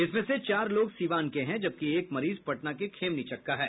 इसमें से चार लोग सीवान के हैं जबकि एक मरीज पटना के खेमनीचक का है